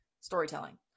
Storytelling